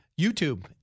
YouTube